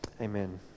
Amen